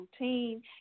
routine